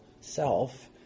self